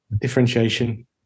differentiation